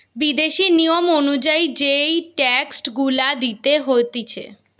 বিদেশি নিয়ম অনুযায়ী যেই ট্যাক্স গুলা দিতে হতিছে